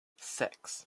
six